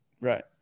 Right